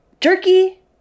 jerky